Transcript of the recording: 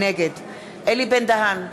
נגד אלי בן-דהן,